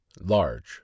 Large